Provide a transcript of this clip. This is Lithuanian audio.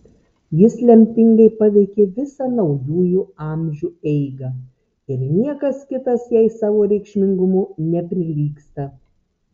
jis lemtingai paveikė visą naujųjų amžių eigą ir niekas kitas jai savo reikšmingumu neprilygsta